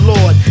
Lord